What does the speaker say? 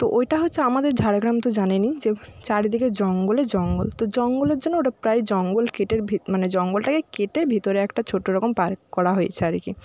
তো ওইটা হচ্ছে আমাদের ঝাড়গ্রাম তো জানেনই যে চারিদিকে জঙ্গলে জঙ্গল তো জঙ্গলের জন্য ওটা প্রায় জঙ্গল কেটের মানে জঙ্গলটাকে কেটে ভেতরে একটা ছোটো রকম পার্ক করা হয়েছে আর কি